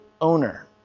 owner